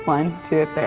one, two,